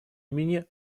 имени